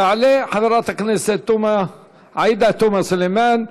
תעלה חברת הכנסת עאידה תומא סלימאן,